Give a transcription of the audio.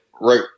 right